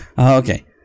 Okay